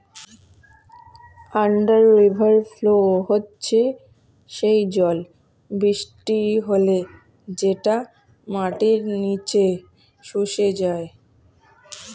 under river flow হচ্ছে সেই জল বৃষ্টি হলে যেটা মাটির নিচে শুষে যায়